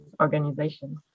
organization